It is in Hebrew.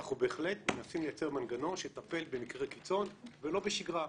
אנחנו בהחלט מנסים לייצר מנגנון שיטפל במקרי קיצון ולא בשגרה,